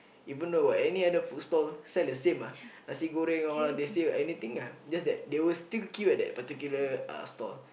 even though got any other food stall sell the same ah nasi-goreng all they sell anything ah just that they will still queue at the particular uh stall